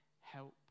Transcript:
help